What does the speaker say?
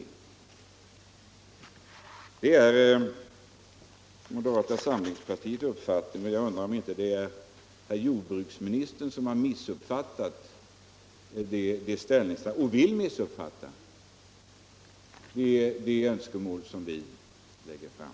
Detta är moderata samlingspartiets uppfattning, och jag undrar om det inte är herr jordbruksministern som har missuppfattat — och vill missuppfatta — de önskemål som vi lägger fram.